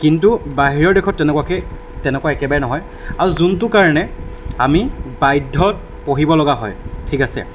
কিন্তু বাহিৰৰ দেশত তেনেকুৱাকৈ তেনেকুৱা একেবাৰে নহয় আৰু যোনটো কাৰণে আমি বাধ্যত পঢ়িবলগীয়া হয় ঠিক আছে